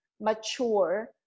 mature